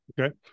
Okay